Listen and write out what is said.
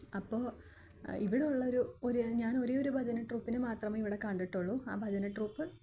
അപ്പോള് ഇവിടുള്ളൊരു ഒരു ഞാൻ ഒരേ ഒരു ഭജന ട്രൂപ്പിനെ മാത്രമേ ഇവിടെ കണ്ടിട്ടുള്ളു ആ ഭജന ട്രൂപ്പ്